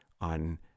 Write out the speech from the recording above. on